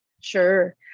Sure